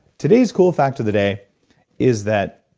today's cool fact of the day is that